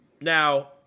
Now